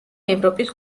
ევროპის